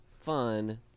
fun